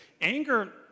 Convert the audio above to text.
anger